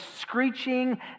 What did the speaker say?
screeching